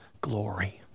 glory